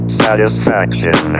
satisfaction